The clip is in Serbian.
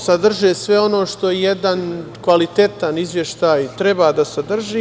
Sadrže sve ono što jedan kvalitetan izveštaj treba da sadrži.